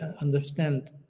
Understand